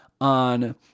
on